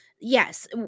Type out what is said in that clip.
Yes